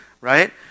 right